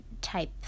type